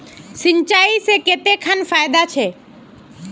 सिंचाई से कते खान फायदा छै?